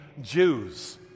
Jews